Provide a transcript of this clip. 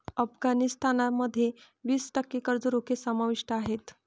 अफगाणिस्तान मध्ये वीस टक्के कर्ज रोखे समाविष्ट आहेत